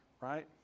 right